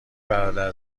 برادر